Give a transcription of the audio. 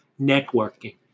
Networking